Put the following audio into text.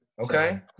Okay